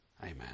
Amen